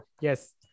Yes